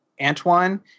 Antoine